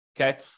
okay